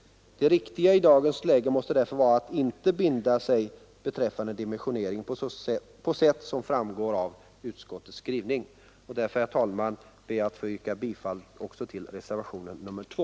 Det riktiga i dagens läge måste därför vara att inte binda sig i fråga om dimensioneringen på sätt som framgår av utskottets skrivning. Därför ber jag, herr talman, att få yrka bifall också till reservationen 2.